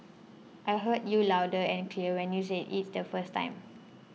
I heard you loud and clear when you said it the first time